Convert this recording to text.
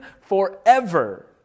forever